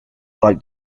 liked